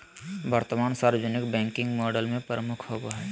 वर्तमान सार्वजनिक banking model में प्रमुख होबो हइ